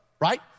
Right